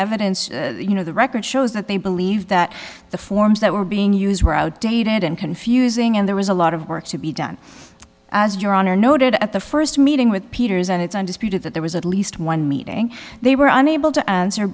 evidence you know the record shows that they believe that the forms that were being used were outdated and confusing and there was a lot of work to be done as your honor noted at the first meeting with peters and it's undisputed that there was at least one meeting they were unable to answer